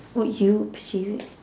would you purchase it